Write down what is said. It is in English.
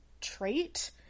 trait